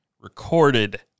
recorded